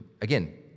Again